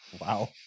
Wow